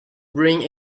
bring